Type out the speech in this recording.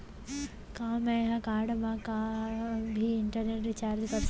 का मैं ह कारड मा भी इंटरनेट रिचार्ज कर सकथो